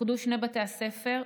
אוחדו שני בתי הספר,